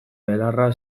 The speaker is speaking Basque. belarra